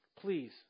please